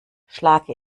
schlage